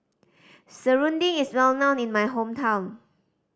serunding is well known in my hometown